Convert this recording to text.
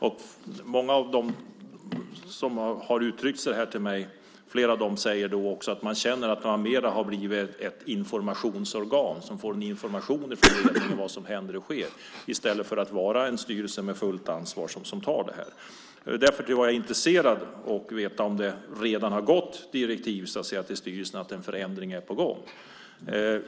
Flera av dem som har uttalat sig för mig säger också att de känner att de mer har blivit ett informationsorgan som får information från regeringen om vad som händer och sker i stället för att vara en styrelse som tar fullt ansvar. Därför är jag intresserad av att få veta om det redan har gått direktiv till styrelsen att en förändring är på gång.